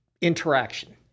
interaction